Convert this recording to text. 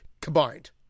combined